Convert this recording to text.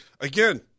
again